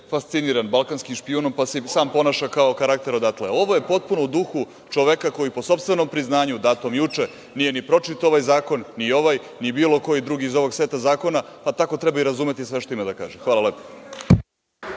fasciniran „Balkanskim špijunom“, pa se ponaša kao karakter odatle. Ovo je potpuno u duhu čoveka koji, po sopstvenom priznanju datom juče, nije ni pročitao ovaj zakon ni ovaj ni bilo koji drugi iz ovog seta zakona, pa tako treba i razumeti sve što ima da kaže. Hvala.(Marko